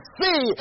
see